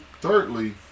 thirdly